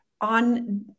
on